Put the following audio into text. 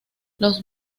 los